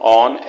on